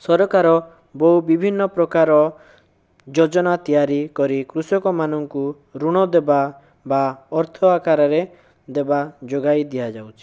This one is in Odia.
ସରକାର ବହୁ ବିଭିନ୍ନ ପ୍ରକାର ଯୋଜନା ତିଆରି କରି କୃଷକମାନଙ୍କୁ ଋଣ ଦେବା ବା ଅର୍ଥ ଆକାରରେ ଦେବା ଯୋଗାଇ ଦିଆଯାଉଛି